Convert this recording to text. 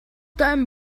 deinem